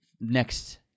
next